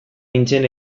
nintzen